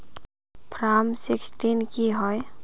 Form sixteen की होय?